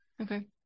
Okay